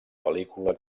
pel·lícula